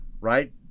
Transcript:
right